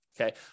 Okay